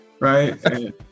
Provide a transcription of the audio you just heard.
right